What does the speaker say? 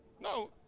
No